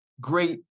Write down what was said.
great